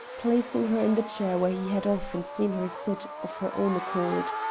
placing her in the chair where he had often seen her sit of her own accord.